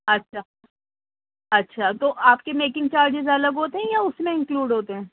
اچھا اچھا تو آپ کے میکنگ چارجز الگ ہوتے ہیں یا اس میں انکلوڈ ہوتے ہیں